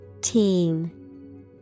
Teen